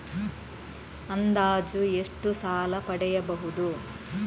ಅಂದಾಜು ಎಷ್ಟು ಸಾಲ ಪಡೆಯಬಹುದು?